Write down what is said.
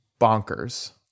bonkers